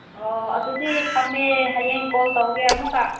ꯑꯣ ꯑꯗꯨꯗꯤ ꯊꯝꯃꯦ ꯍꯌꯦꯡ ꯀꯣꯜ ꯇꯧꯒꯦ ꯑꯃꯨꯛꯀ